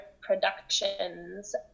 productions